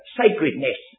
sacredness